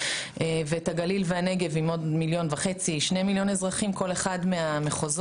ואת הגליל והנגב עם עוד 1.5 או שני מיליון בכל מחוז.